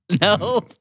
No